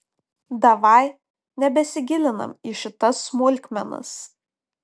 davai nebesigilinam į šitas smulkmenas